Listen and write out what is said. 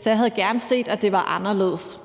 Så jeg havde gerne set, at det var anderledes.